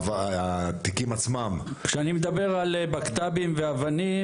התיקים עצמם -- שאני מדבר על בקת"בים ואבנים